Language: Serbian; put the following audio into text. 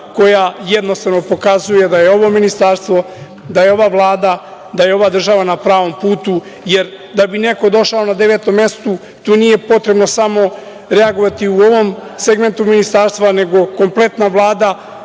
koja jednostavno pokazuje da je ovo ministarstvo, da je ova Vlada, da je ova država na pravom putu. Da bi neko došao na deveto mesto, tu nije potrebno samo reagovati u ovom segmentu ministarstva nego kompletna Vlada,